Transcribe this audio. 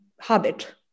habit